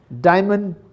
diamond